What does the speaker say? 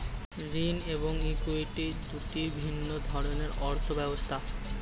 ঋণ এবং ইক্যুইটি দুটি ভিন্ন ধরনের অর্থ ব্যবস্থা